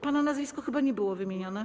Pana nazwisko chyba nie było wymienione.